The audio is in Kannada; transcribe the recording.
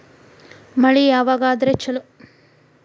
ಮಳಿ ಯಾವಾಗ ಆದರೆ ಛಲೋ?